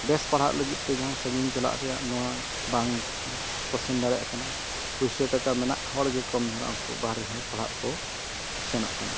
ᱵᱮᱥ ᱯᱟᱲᱦᱟᱜ ᱞᱟᱹᱜᱤᱫᱛᱮ ᱡᱟᱦᱟᱸ ᱥᱟᱺᱜᱤᱧ ᱪᱟᱞᱟᱜ ᱨᱮᱭᱟᱜ ᱱᱚᱣᱟ ᱵᱟᱝ ᱠᱚ ᱥᱮᱱ ᱫᱟᱲᱮᱭᱟᱜ ᱠᱟᱱᱟ ᱯᱩᱭᱥᱟ ᱴᱟᱠᱟ ᱢᱮᱱᱟᱜ ᱦᱚᱲ ᱜᱮᱠᱚ ᱠᱚᱢ ᱫᱷᱟᱨᱟ ᱩᱱᱠᱩ ᱵᱟᱦᱨᱮ ᱦᱚᱸ ᱯᱟᱲᱦᱟᱜ ᱠᱚ ᱥᱮᱱᱚᱜ ᱠᱟᱱᱟ